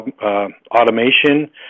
automation